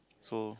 so